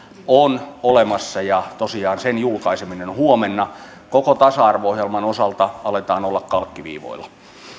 on olemassa ja tosiaan sen julkaiseminen on huomenna koko tasa arvo ohjelman osalta aletaan olla kalkkiviivoilla